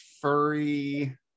furry